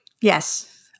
Yes